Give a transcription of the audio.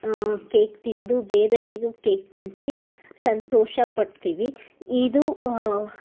cake ತಿಂದು ಬೇರೆಯವ್ರಿಗೂ cake ತಿನ್ನಿಸಿ ಸಂತೋಷಪಡ್ತೀವಿ ಇದು